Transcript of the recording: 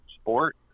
sport